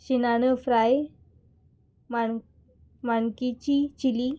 शिनाणो fry माण माणकीची chilli